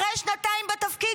אחרי שנתיים בתפקיד,